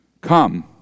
Come